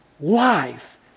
life